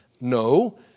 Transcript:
No